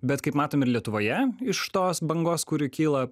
bet kaip matom ir lietuvoje iš tos bangos kuri kyla